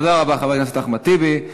תודה רבה, חבר הכנסת אחמד טיבי.